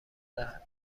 دهد